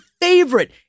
favorite